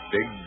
Big